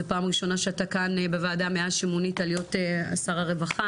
זו פעם הראשונה שאתה כאן בוועדה מאז שמונית להיות שר הרווחה,